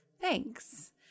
thanks